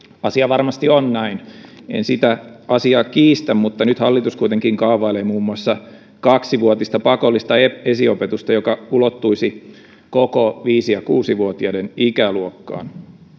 asia varmasti on näin en sitä asiaa kiistä mutta nyt hallitus kuitenkin kaavailee muun muassa kaksivuotista pakollista esiopetusta joka ulottuisi koko viisi ja kuusi vuotiaiden ikäluokkaan